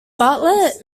bartlett